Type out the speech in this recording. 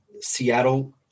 Seattle